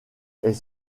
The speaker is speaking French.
est